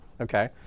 okay